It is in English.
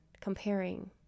Comparing